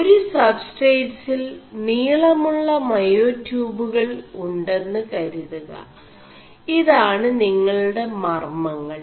ഒരു സബ്സ്േ4ട്സ്ൽ നീളമുø മേയാടçøബുകൾ ഉെM് കരുതുക ഇതാണ് നിÆളgെട മർ Æൾ